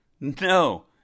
No